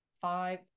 five